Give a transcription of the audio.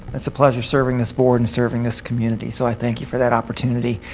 it's a pleasure serving this board and serving this community. so i thank you for that opportunity.